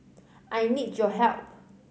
I need your help